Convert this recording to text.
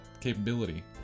capability